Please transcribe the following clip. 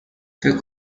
فکر